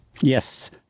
Yes